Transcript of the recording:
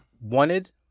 wanted